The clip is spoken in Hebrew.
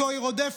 שאותו היא רודפת.